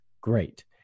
great